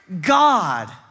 God